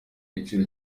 giciro